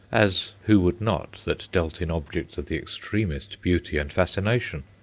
as who would not that dealt in objects of the extremest beauty and fascination?